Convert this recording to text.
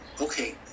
Okay